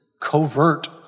covert